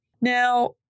Now